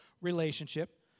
relationship